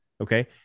Okay